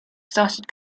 started